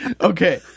Okay